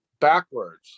backwards